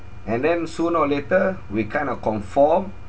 and then sooner or later we kind of conform